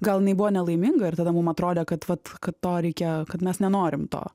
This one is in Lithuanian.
gal jinai buvo nelaiminga ir tada mum atrodė kad vat kad to reikia kad mes nenorim to